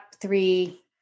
three